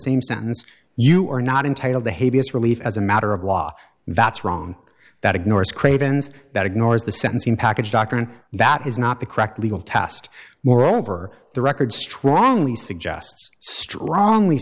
same sentence you are not entitled to his relief as a matter of law that's wrong that ignores craven's that ignores the sentencing package doctrine that is not the correct legal tast moreover the record strongly suggests strongly